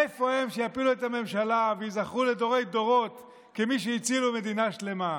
איפה הם שיפילו את הממשלה וייזכרו לדורי-דורות כמי שהצילו מדינה שלמה?